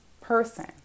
person